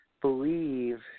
believe